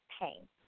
pain